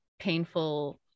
painful